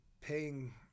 paying